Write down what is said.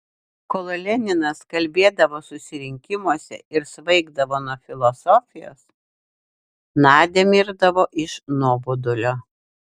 kol leninas kalbėdavo susirinkimuose ir svaigdavo nuo filosofijos nadia mirdavo iš nuobodulio